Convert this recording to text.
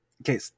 Okay